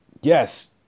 yes